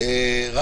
כאן.